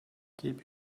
keep